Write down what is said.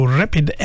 rapid